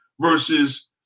versus